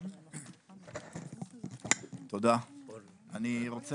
אני רוצה